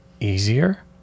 easier